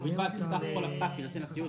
ובלבד שסך כל הפחת שיינתן לציוד,